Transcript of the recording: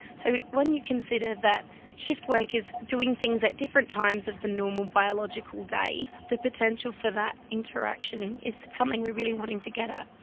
so when you consider that shift-workers doing things at different times of the normal biological day, the potential for that interaction is something we're really wanting to get at.